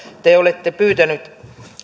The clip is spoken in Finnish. te olette pyytänyt